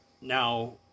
Now